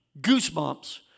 goosebumps